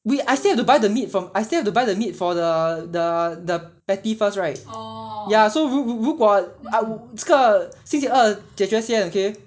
we I still have to buy the meat for I still have to buy the meat for the the the patty first right ya so 如如果 I woul~ 这个星期二解决先 okay